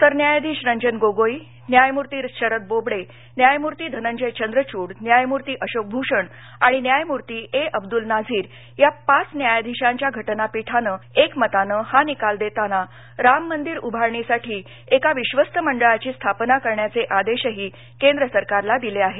सरन्यायाधीश रंजन गोगोई न्यायमूर्ती शरद बोबडे न्यायमूर्ती धनंजय चंद्रचूड न्यायमूर्ती अशोक भूषण आणि न्यायमूर्ती अब्दूल नाझीर या पाच न्यायाधीशांच्या घटनापीठानं क्रमतानं हा निकाल देताना राम मंदिर उभारणीसाठी क्रि विंबस्त मंडळाची स्थापना करण्याचे आदेशही केंद्र सरकारला दिले आहेत